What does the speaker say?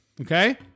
okay